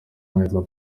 mabuye